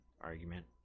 argument